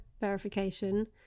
verification